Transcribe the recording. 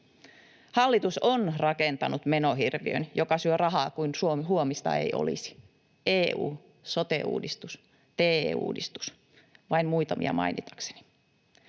Hallitus on rakentanut menohirviön, joka syö rahaa kuin huomista ei olisi: EU, sote-uudistus, TE-uudistus, vain muutamia mainitakseni.